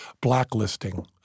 blacklisting